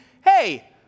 hey